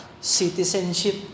citizenship